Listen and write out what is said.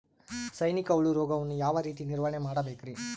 ಸೈನಿಕ ಹುಳು ರೋಗವನ್ನು ಯಾವ ರೇತಿ ನಿರ್ವಹಣೆ ಮಾಡಬೇಕ್ರಿ?